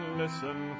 listen